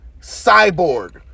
Cyborg